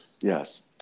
Yes